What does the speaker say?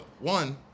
One